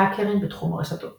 האקרים בתחום הרשתות